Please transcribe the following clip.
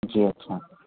جی اچھا